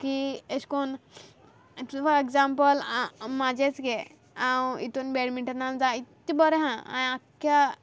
की एशें कोन्न फोर एग्जांपल म्हाजेंच घे हांव हितून बॅडमिंटना जायतें बोरें आसा हांयें आख्ख्या